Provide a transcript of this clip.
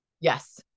Yes